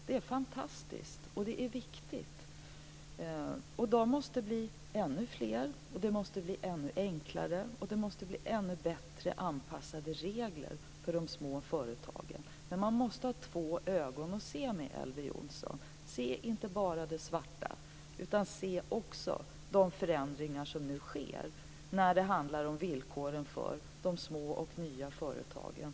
Det är fantastiskt, och det är viktigt. Företagen måste bli ännu fler, det måste bli ännu enklare och det måste bli ännu bättre anpassade regler för de små företagen. Men man måste ha två ögon att se med, Elver Jonsson. Se inte bara det svarta, utan se också de förändringar som nu sker när det handlar om villkoren för de små och nya företagen.